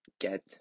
get